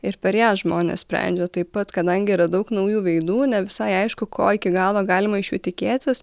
ir per ją žmonės sprendžia taip pat kadangi yra daug naujų veidų ne visai aišku ko iki galo galima iš jų tikėtis